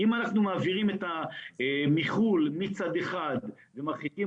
אם אנחנו מעבירים את המכל מצד אחד ומרחיקים